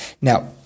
Now